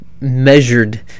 measured